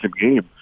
game